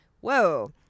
whoa